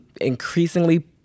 increasingly